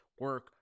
Work